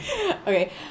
okay